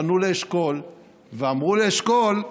פנו לאשכול ואמרו לאשכול: